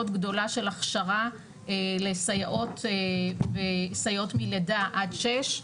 מאוד גדולה של הכשרה לסייעות מלידה עד שש,